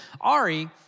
Ari